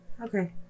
Okay